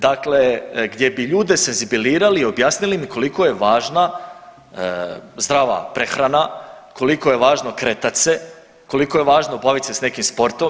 Dakle, gdje bi ljude senzibilirali i objasnili im koliko je važna zdrava prehrana, koliko je važno kretati se, koliko je važno baviti se s nekim sportom.